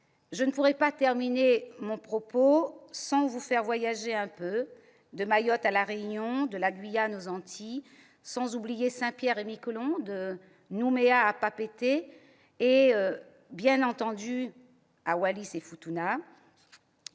Je ne pourrais pas terminer mon propos sans vous faire voyager un peu, de Mayotte à La Réunion, de la Guyane aux Antilles, sans oublier Saint-Pierre-et-Miquelon, Nouméa, Papeete, ni, bien entendu, Wallis-et-Futuna.